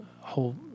whole